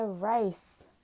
Rice